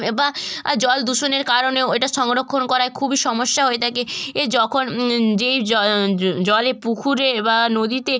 বা জলদূষণের কারণেও এটা সংরক্ষণ করায় খুবই সমস্যা হয়ে থাকে এ যখন যেই জ জলে পুকুরে বা নদীতে